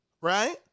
right